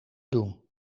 doen